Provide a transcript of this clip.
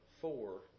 four